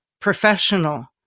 professional